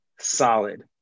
solid